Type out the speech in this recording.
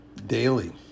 Daily